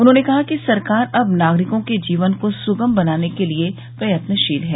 उन्होंने कहा कि सरकार अब नागरिकों के जीवन को सुगम बनाने के लिए प्रयत्नशील है